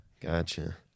Gotcha